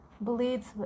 bleeds